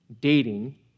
dating